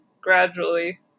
gradually